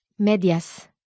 Medias